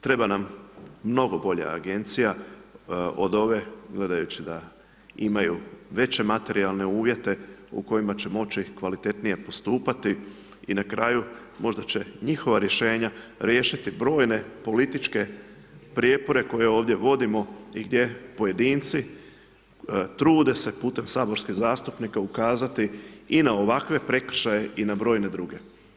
Treba nam mnogo bolja agencija od ove, gledajući da imaju veće materijalne uvjete u kojima će moći kvalitetnije postupati i na kraju, možda će njihova riješenja riješiti brojne političke prijepore koje ovdje vodimo i gdje pojedinci trude se putem saborskih zastupnika ukazati i na ovakve prekršaje i na brojne druge.